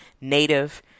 native